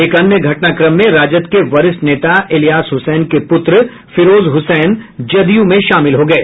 एक अन्य घटनाक्रम मे राजद के वरिष्ठ नेता इलियास हुसैन के पुत्र फिरौज हुसैन जदयू में शामिल हो गये